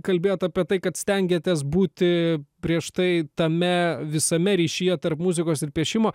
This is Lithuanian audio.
kalbėjot apie tai kad stengiatės būti prieš tai tame visame ryšyje tarp muzikos ir piešimo